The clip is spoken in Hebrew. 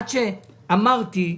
עד שאמרתי,